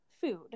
food